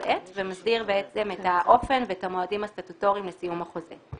עת ומסדיר את האופן ואת המועדים הסטטוטוריים לסיום החוזה.